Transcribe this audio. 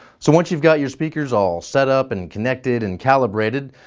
so once you've got your speakers all set up and connected and calibrated,